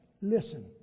listen